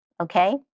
okay